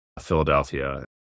Philadelphia